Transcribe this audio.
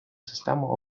систему